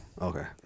Okay